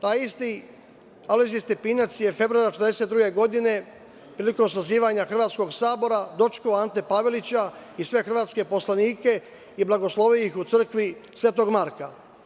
Taj isti Alojzije Stepinac je februara 1942. godine prilikom sazivanja hrvatskog sabora dočekao Ante Pavelić i sve hrvatske poslanike i blagoslovio ih u crkvi Svetog Marka.